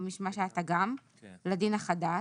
לדין החדש,